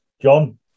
John